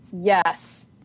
Yes